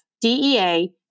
DEA